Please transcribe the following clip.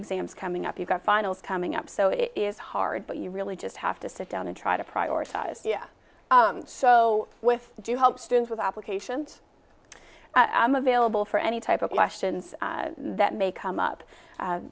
exams coming up you've got finals coming up so it is hard but you really just have to sit down and try to prioritize so with do help students with application i'm available for any type of questions that may come